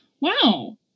Wow